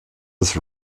des